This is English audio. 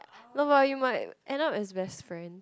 no but you might end up as best friend